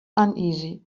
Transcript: uneasy